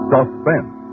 Suspense